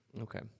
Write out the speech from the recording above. Okay